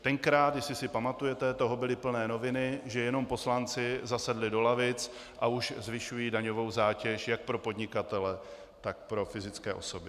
Tenkrát, jestli si pamatujete, toho byly plné noviny, že jenom poslanci zasedli do lavic, a už zvyšují daňovou zátěž jak pro podnikatele, tak pro fyzické osoby.